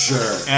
Sure